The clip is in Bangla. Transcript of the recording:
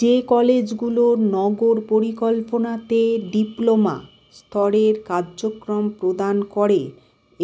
যে কলেজগুলো নগর পরিকল্পনাতে ডিপ্লোমা স্তরের কার্যক্রম প্রদান করে